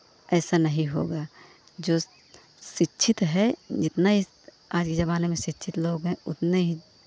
ऐसा नहीं होगा जो शिक्षित है जितना इस आज के ज़माने में शिक्षित लोग हैं उतने ही